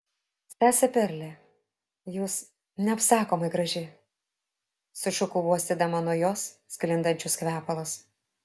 sese perle jūs neapsakomai graži sušukau uostydama nuo jos sklindančius kvepalus